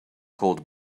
called